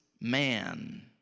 man